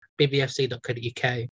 bbfc.co.uk